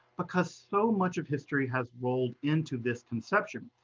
because so much of history has rolled into this conception.